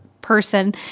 person